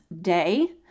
day